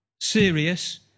serious